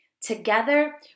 Together